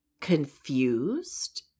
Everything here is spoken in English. confused